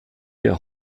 der